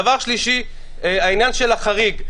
דבר שלישי, העניין של החריג.